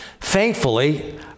Thankfully